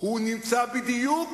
הוא נמצא בדיוק